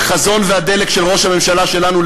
והחזון והדלק של ראש הממשלה שלנו,